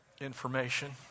information